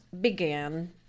began